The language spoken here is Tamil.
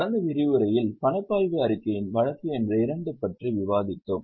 கடந்த விரிவுரையில் பணப்பாய்வு அறிக்கையின் வழக்கு எண் 2 பற்றி விவாதித்தோம்